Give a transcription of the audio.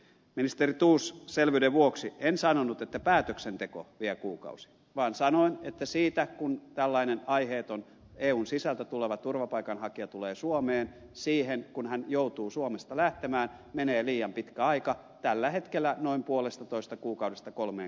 ministeri thors selvyyden vuoksi en sanonut että päätöksenteko vie kuukausia vaan sanoin että siitä kun tällainen aiheeton eun sisältä tuleva turvapaikanhakija tulee suomeen siihen kun hän joutuu suomesta lähtemään menee liian pitkä aika tällä hetkellä noin puolestatoista kuukaudesta kolmeen kuukautta